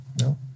no